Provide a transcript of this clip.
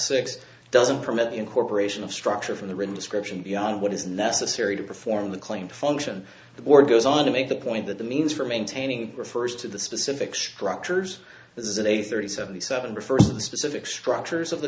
six doesn't permit the incorporation of structure from the written description beyond what is necessary to perform the clean function the board goes on to make the point that the means for maintaining refers to the specific structures this is a thirty seventy seven refers to the specific structures of the